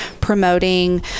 promoting